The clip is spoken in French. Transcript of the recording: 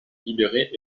libérer